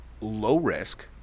low-risk